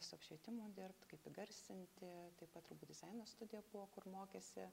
su apšvietimu dirbt kaip įgarsinti taip pat rūbų dizaino studija buvo kur mokėsi